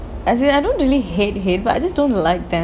as in I don't really hate hate but I just don't like them